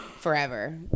Forever